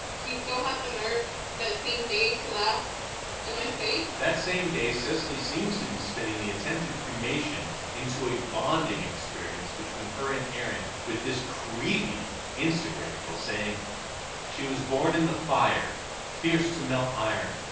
he still had the nerve that same day to laugh in my face. the same day, cecily seems to be spinning the attempted cremation into a bonding experience between her and aaron with this creepy instagram post saying she was born in the fire fierce to melt iron.